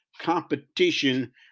competition